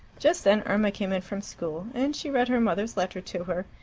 just then irma came in from school, and she read her mother's letter to her,